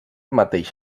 mateix